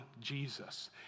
Jesus